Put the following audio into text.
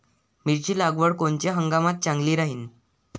मिरची लागवड कोनच्या हंगामात चांगली राहीन?